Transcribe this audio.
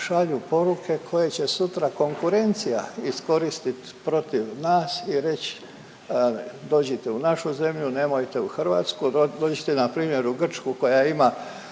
šalju poruke koje će sutra konkurencija iskoristiti protiv nas i reći dođite u našu zemlju, nemojte u Hrvatsku, dođite na primjer u Grčku koja ima